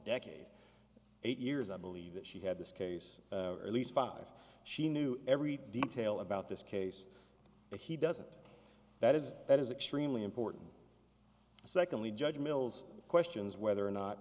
decade eight years i believe that she had this case or at least five she knew every detail about this case but he doesn't that is that is extremely important secondly judge mills questions whether or